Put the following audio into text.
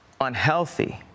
unhealthy